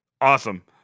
awesome